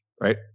right